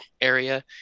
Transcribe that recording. area